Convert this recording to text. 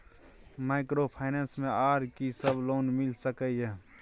Microfinance मे आर की सब लोन मिल सके ये?